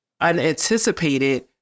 unanticipated